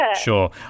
Sure